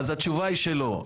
אז התשובה היא שלא.